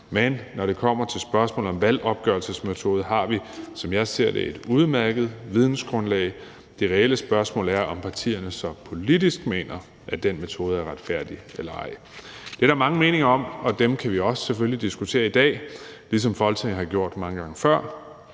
Men når det kommer til spørgsmålet om valgopgørelsesmetode, har vi, som jeg ser det, et udmærket vidensgrundlag. Det reelle spørgsmål er så, om partierne politisk mener, at den metode er retfærdig eller ej. Det er der mange meninger om, og dem kan vi selvfølgelig også diskutere i dag, ligesom Folketinget har gjort det mange gange før.